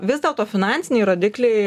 vis dėlto finansiniai rodikliai